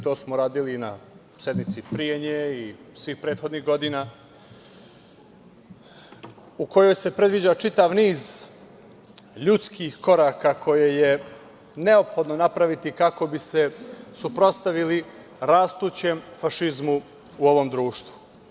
To smo radili i na sednici pre nje i svih prethodnih godina, u kojoj se predviđa čitav niz ljudskih koraka koje je neophodno napraviti kako bi se suprotstavili rastućem fašizmu u ovom društvu.